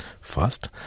First